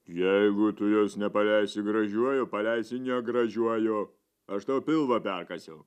jeigu tu jos nepaleisi gražiuoju paleisi ne gražiuoju aš tau pilvą perkąsiu